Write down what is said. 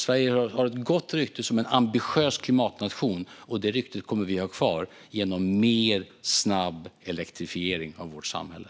Sverige har ett gott rykte som en ambitiös klimatnation, och det ryktet kommer vi att ha kvar genom mer snabb elektrifiering av vårt samhälle.